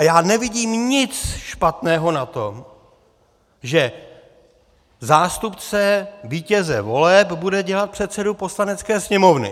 Já nevidím nic špatného na tom, že zástupce vítěze voleb bude dělat předsedu Poslanecké sněmovny.